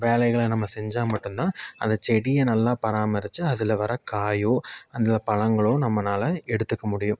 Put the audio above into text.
வேலைகளை நம்ம செஞ்சால் மட்டும்தான் அந்த செடியை நல்லா பராமரிச்சு அதில் வர காயோ அந்த பழங்களோ நம்மளால எடுத்துக்க முடியும்